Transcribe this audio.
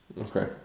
Okay